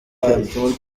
handi